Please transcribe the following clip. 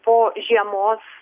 po žiemos